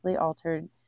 altered